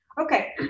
Okay